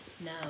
No